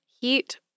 heat